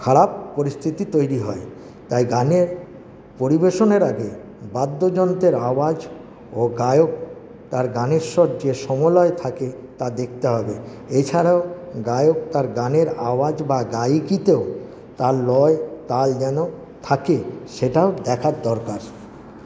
খারাপ পরিস্থিতি তৈরি হয় তাই গানের পরিবেশনের আগে বাদ্যযন্ত্রের আওয়াজ ও গায়ক তার গানের স্বর যে সমলয়ে থাকে তা দেখতে হবে এছাড়াও গায়ক তার গানের আওয়াজ বা গায়িকিতেও তার লয় তাল যেন থাকে সেটাও দেখার দরকার